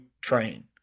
train